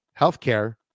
healthcare